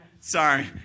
Sorry